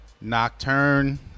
Nocturne